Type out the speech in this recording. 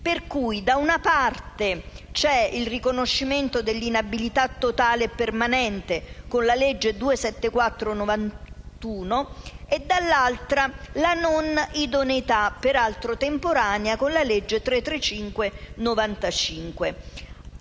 Per cui, da una parte c'è il riconoscimento dell'inabilità totale e permanente, con la legge n. 274 del 1991, e dall'altra la non idoneità, peraltro temporanea, con la legge n.